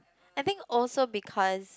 I think also because